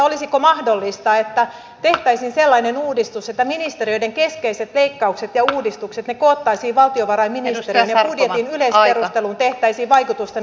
olisiko mahdollista että tehtäisiin sellainen uudistus että ministeriöiden keskeiset leikkaukset ja uudistukset koottaisiin valtiovarainministeriön ja budjetin yleisperusteluun tehtäisiin vaikutusten arviointi lasten ikäihmisten ja vammaisten osalta esimerkiksi